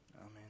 Amen